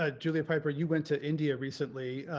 ah julian piper you went to india recently?